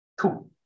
two